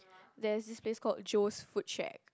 there is this place called Jo's food shake